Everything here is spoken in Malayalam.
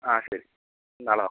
ആ ശരി നാളെ നോക്കാം